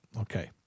Okay